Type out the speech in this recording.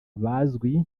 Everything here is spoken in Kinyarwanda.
bazwi